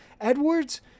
Edwards